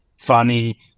funny